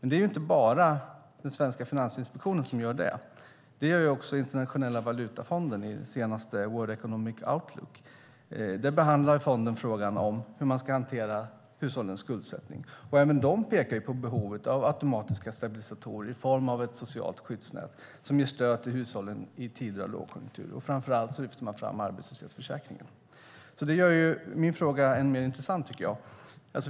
Det är inte bara den svenska finansinspektionen som gör det, utan det gör också Internationella valutafonden i senaste World Economic Outlook. Där behandlar fonden frågan om hur man ska hantera hushållens skuldsättning. Även de pekar på behovet av automatiska stabilisatorer i form av ett socialt skyddsnät som ger stöd till hushållen i tider av lågkonjunktur. Framför allt lyfter man fram arbetslöshetsförsäkringen. Det gör mina frågor än mer intressanta.